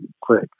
quick